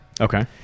Okay